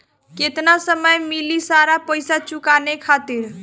केतना समय मिली सारा पेईसा चुकाने खातिर?